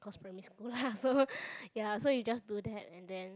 cause primary school lah so ya so you just do that and then